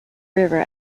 river